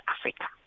Africa